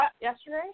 yesterday